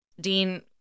Dean